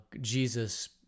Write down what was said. Jesus